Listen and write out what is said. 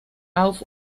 auf